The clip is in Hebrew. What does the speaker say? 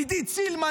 עידית סילמן,